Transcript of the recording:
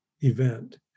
event